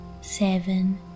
seven